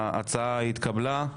ההצעה התקבלה.